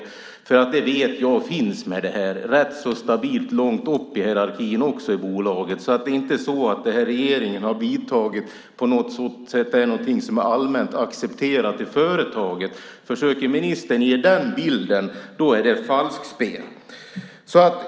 Jag vet att det finns ett sådant missnöje med det här - rätt så stabilt och långt upp i hierarkin i bolaget. Det som regeringen har vidtagit är inte på något sätt något som är allmänt accepterat i företaget. Om ministern försöker ge den bilden är det falskspel.